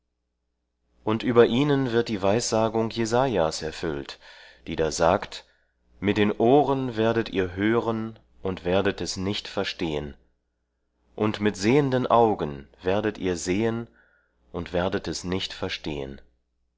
und über ihnen wird die weissagung jesaja's erfüllt die da sagt mit den ohren werdet ihr hören und werdet es nicht verstehen und mit sehenden augen werdet ihr sehen und werdet es nicht verstehen